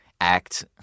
act